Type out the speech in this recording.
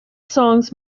songs